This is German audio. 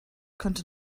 könnte